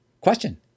Question